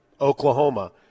Oklahoma